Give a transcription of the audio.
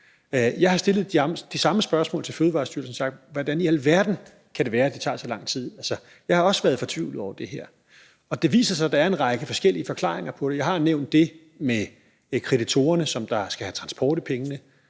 Jeg har stillet de samme spørgsmål til Fødevarestyrelsen og sagt: Hvordan i alverden kan det være, at det tager så lang tid? Jeg har også været fortvivlet over det her. Det viser sig, at der er en række forskellige forklaringer på det. Jeg har nævnt det med kreditorerne, som skal have transport i pengene;